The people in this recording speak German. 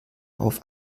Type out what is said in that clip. auf